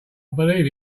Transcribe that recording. believe